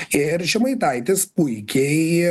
ir žemaitaitis puikiai